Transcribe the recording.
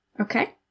Okay